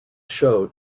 show